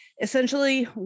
essentially